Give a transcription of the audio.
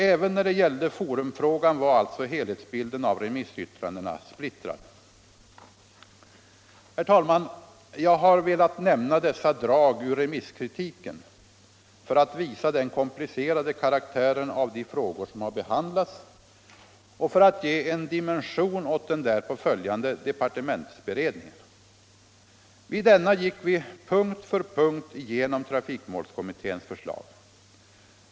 Även när det gällde forumfrågan var alltså helhetsbilden av remissyttrandena splittrad. Herr talman! Jag har velat nämna dessa drag ur remisskritiken för att visa den komplicerade karaktären av de frågor som har behandlats och för att ge en dimension åt den därpå följande departementsberedningen. Vid denna gick vi punkt för punkt igenom trafikmålskommitténs förslag.